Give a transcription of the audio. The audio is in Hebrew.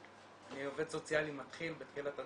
אני עובד סוציאלי בתחילת הדרך,